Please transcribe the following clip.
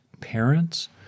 parents